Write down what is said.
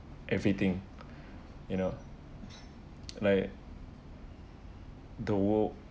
everything you know like the wo~